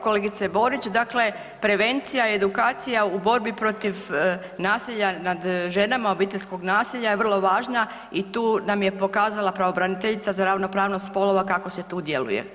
Kolegice Borić, dakle prevencija, edukacija u borbi protiv nasilja nad ženama, obiteljskog nasilja je vrlo važna i tu nam je pokazala pravobraniteljica za ravnopravnost spolova kako se tu djeluje.